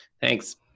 Thanks